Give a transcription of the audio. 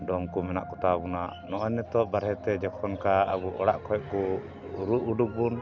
ᱰᱚᱢ ᱠᱚ ᱢᱮᱱᱟᱜ ᱠᱚᱛᱟ ᱵᱚᱱᱟ ᱱᱚᱜᱼᱚᱭ ᱱᱤᱛᱚᱜ ᱵᱟᱨᱦᱮ ᱛᱮ ᱡᱚᱠᱷᱚᱱ ᱠᱟ ᱟᱵᱚ ᱚᱲᱟᱜ ᱠᱷᱚᱱ ᱠᱚ ᱨᱩ ᱩᱰᱩᱠ ᱵᱚᱱ